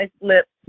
lips